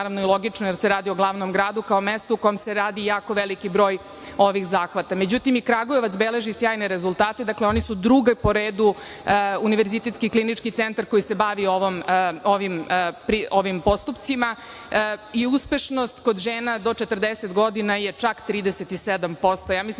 i logično, jer se radi o glavnom gradu, kao mestu u kome se radi jako veliki broj ovih zahvata. Međutim i Kragujevac beleži sjajne rezultate. Dakle, oni su drugi po redu Univerzitetski klinički centar koji se bavi ovim postupcima i uspešnost kod žena do 40 godina je čak 37%. Ja mislim